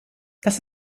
das